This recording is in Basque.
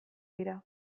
dira